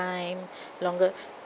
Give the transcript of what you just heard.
time longer